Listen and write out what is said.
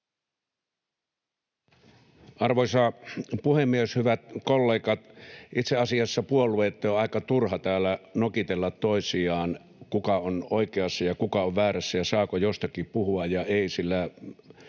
Arvoisa puhemies, hyvät kollegat! Itse asiassa puolueitten on aika turha täällä nokitella toisiaan siitä, kuka on oikeassa ja kuka on väärässä ja saako jostakin puhua vai ei, sillä